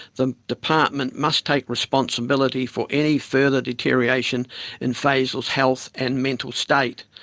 the department must take responsibility for any further deterioration in fazel's health and mental state.